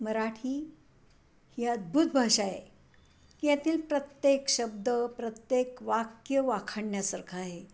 मराठी ही अद्भुत भाषा आहे की यातील प्रत्येक शब्द प्रत्येक वाक्य वाखाणण्यासारखं आहे